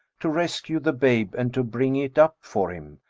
to rescue the babe and to bring it up for him,